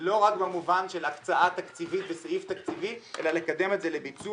לא רק במובן של הקצאת תקציבים בסעיף תקציבי אלא לקדם את זה לביצוע.